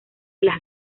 las